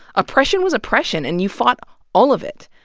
oppression was oppression and you fought all of it.